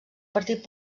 partit